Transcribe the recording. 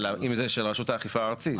אם זה של רשות האכיפה הארצית.